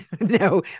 no